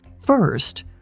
First